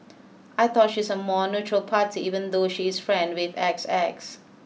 I thought she's a more neutral party even though she is friend with X X